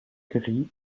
gris